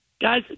Guys